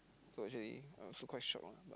so actually I also quite shock ah but